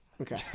Okay